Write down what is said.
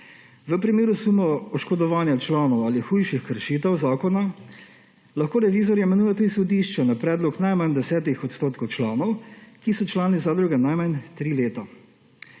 V primeru suma oškodovanja članov ali hujših kršitev zakona lahko revizor imenuje tudi sodišče na predlog najmanj 10 % članov, ki so člani zadruge najmanj tri leta.